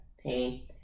Hey